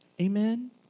Amen